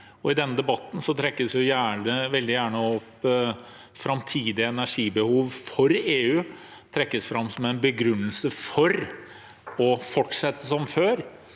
I denne debatten trekkes veldig gjerne EUs framtidige energibehov fram som en begrunnelse for å fortsette som før